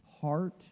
Heart